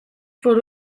foru